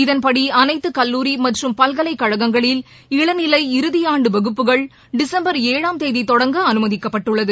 இதன்படி அனைத்து கல்லூரி மற்றும் பல்கலைக்கழகங்களில் இளநிலை இறுதி ஆண்டு வகுப்புகள் டிசம்பர் ஏழாம் தேதி தொடங்க அனுமதிக்கப்பட்டுள்ளது